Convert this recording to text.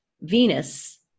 Venus